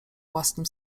własnym